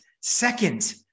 second